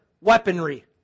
weaponry